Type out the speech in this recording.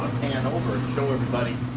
pan over and show everybody